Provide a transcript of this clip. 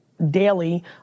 daily